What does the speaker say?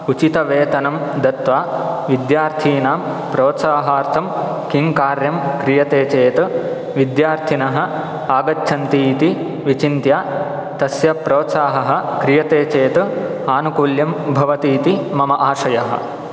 उचितवेतनं दत्वा विद्यार्थिनां प्रोत्साहार्थं किं कार्यं क्रियते चेत् विद्यार्थिनः आगच्छन्ति इति विचिन्त्य तस्य प्रोत्साहः क्रियते चेत् आनुकूल्यं भवति इति मम आशयः